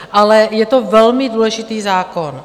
Ale je to velmi důležitý zákon.